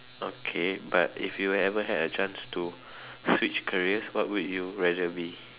okay but if you ever had a chance to switch careers what would you rather be